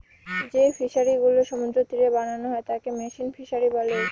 যে ফিশারিগুলা সমুদ্রের তীরে বানানো হয় তাকে মেরিন ফিশারী বলে